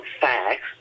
facts